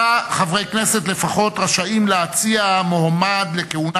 אני מתכבד לפתוח את ישיבת הכנסת.